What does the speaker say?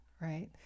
Right